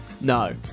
No